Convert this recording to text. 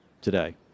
today